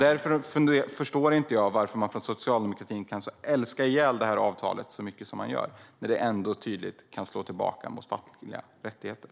Därför förstår inte jag hur man från socialdemokratiskt håll kan älska detta avtal så mycket som man gör, när det ändå tydligt kan slå tillbaka mot fackliga rättigheter.